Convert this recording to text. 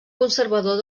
conservador